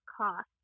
cost